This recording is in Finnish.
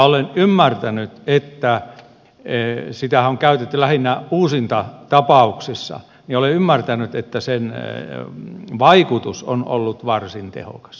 olen ymmärtänyt että sitä on käytetty lähinnä uusintatapauksissa ja olen ymmärtänyt että sen vaikutus on ollut varsin tehokas